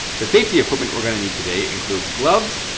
the safety equipment we're gonna need today includes gloves,